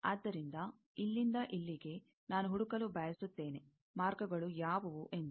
ಆದ್ದರಿಂದ ಇಲ್ಲಿಂದ ಇಲ್ಲಿಗೆ ನಾನು ಹುಡುಕಲು ಬಯಸುತ್ತೇನೆ ಮಾರ್ಗಗಳು ಯಾವುವು ಎಂದು